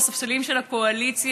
בספסלים של הקואליציה,